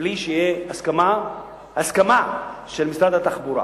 בלי שתהיה הסכמה של משרד התחבורה.